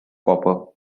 copper